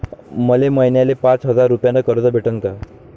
मले महिन्याले पाच हजार रुपयानं कर्ज भेटन का?